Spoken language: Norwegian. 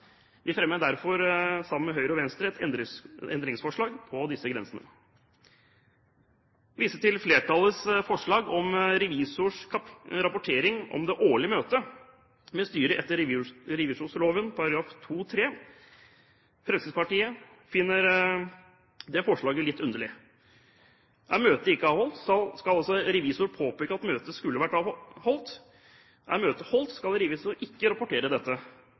Vi fremmer derfor sammen med Høyre og Venstre et endringsforslag om disse grensene. Jeg vil vise til flertallets forslag om revisors rapportering om det årlige møtet med styret etter revisorloven § 2-3. Fremskrittspartiet finner det forslaget litt underlig. Er møtet ikke avholdt, skal revisor påpeke at møte skulle vært avholdt. Er møtet avholdt, skal revisor ikke rapportere dette.